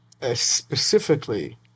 specifically